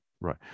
Right